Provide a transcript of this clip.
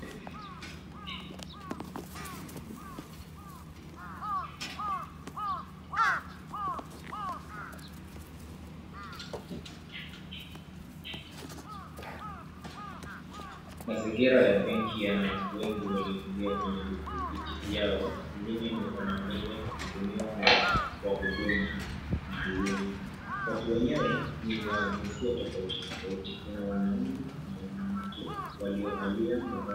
Mazingira ya benki yana watu wengi waliotulia kwenye viti vyao wengine wanangoja kuhudumiwa na wahudumu maalum. Watu wenyewe ni wa jinsia tofauti tofauti kuna wanaume na wanawake waliovalia mavazi...